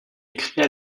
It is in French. écrit